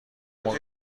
موقع